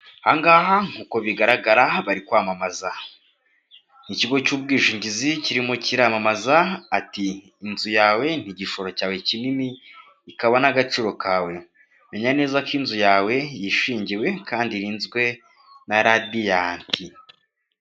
Aha ngaha nkuko bigaragara bari kwamamaza, ni ikigo cy'ubwishingizi kirimo kiramamaza ati "Inzu yawe ni igishoro cyawe kinini ikaba n'agaciro kawe". Menya neza ko inzu yawe yishingiwe kandi irinzwe na Radiant.